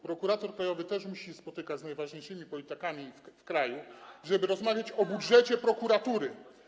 Prokurator krajowy musi spotykać się z najważniejszymi politykami w kraju, żeby rozmawiać o budżecie prokuratury.